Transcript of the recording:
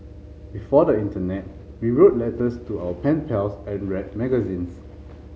before the internet we wrote letters to our pen pals and read magazines